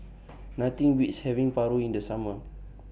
Nothing Beats having Paru in The Summer